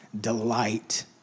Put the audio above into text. Delight